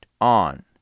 on